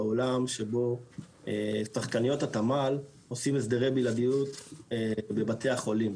בעולם שבו שחקניות התמ"ל עושים הסדרי בלעדיות בבתי החולים,